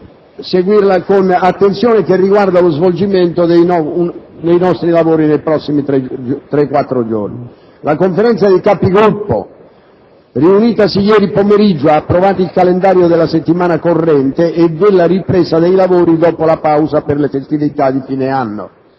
seguirla con attenzione - che riguarda lo svolgimento dei nostri lavori. La Conferenza dei Capigruppo, riunitasi ieri pomeriggio, ha approvato il calendario della settimana corrente e della ripresa dei lavori dopo la pausa per le festività di fine anno.